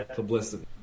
publicity